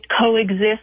coexist